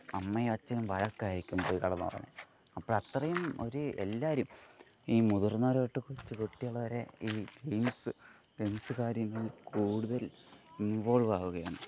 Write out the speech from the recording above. അമ്മയും അച്ഛനും വഴക്കായിരിക്കും പോയി കിടന്നുറങ്ങാൻ അപ്പോഴത്രയും ഒരു എല്ലാവരും ഈ മുതിർന്നവർ തൊട്ട് കൊച്ചുകുട്ടികൾ വരെ ഈ ഗെയിംസ് ഗെയിംസ് കാര്യങ്ങൾ കൂടുതൽ ഇൻവോൾവാകുകയാണ്